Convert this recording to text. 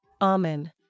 Amen